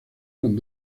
con